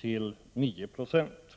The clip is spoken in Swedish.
till 9 96.